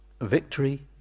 victory